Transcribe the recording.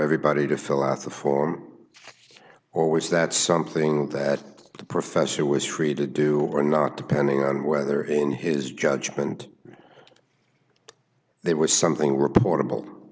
everybody to fill out the form or was that something that the professor was treated do or not depending on whether in his judgment there was something reportable